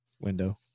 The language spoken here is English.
window